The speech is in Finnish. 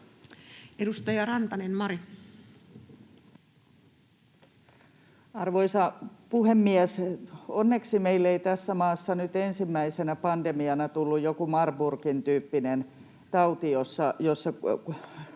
12:00 Content: Arvoisa puhemies! Onneksi meille ei tähän maahan nyt ensimmäisenä pandemiana tullut joku Marburgin tyyppinen tauti, jossa